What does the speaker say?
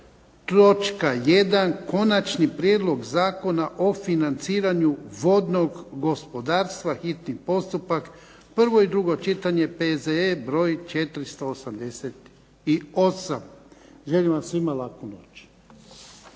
točka 1. Konačni prijedlog Zakona o financiranju vodnog gospodarstva, hitni postupak, prvo i drugo čitanje, P.Z.E. br. 488. Želim vam svima laku noć.